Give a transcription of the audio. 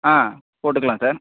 ஆ போட்டுக்கலாம் சார்